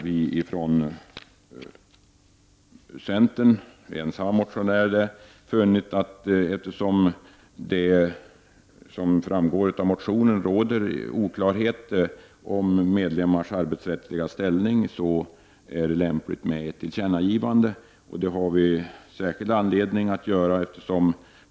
Vi i centern har funnit att det eftersom det, vilket framgår av motionen, råder oklarheter om medlemmarnas arbetsrättsliga ställning, är lämpligt med ett tillkännagivande. Vi har särskild anledning att göra detta.